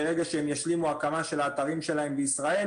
ברגע שישלימו הקמה של האתרים שלהם בישראל,